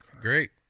Great